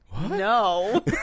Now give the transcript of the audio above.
no